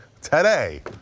today